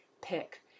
pick